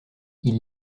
ils